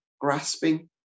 grasping